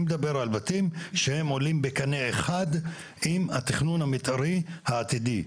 אני מדבר על בתים שהם עולים בקנה אחד עם התכנון המתארי העתידי.